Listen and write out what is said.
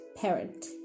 parent